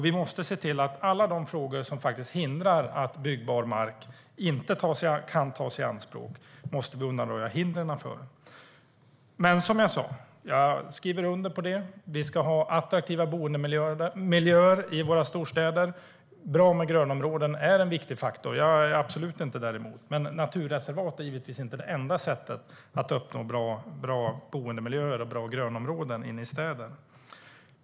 Vi måste se till att alla de frågor som hindrar att byggbar mark kan tas i anspråk undanröjs. Som jag sa, jag skriver under på det här. Vi ska ha attraktiva boendemiljöer i våra storstäder. Bra med grönområden är en viktig faktor, och jag är absolut inte emot det. Men naturreservat är givetvis inte det enda sättet att uppnå bra boendemiljöer och bra grönområden inne i städer.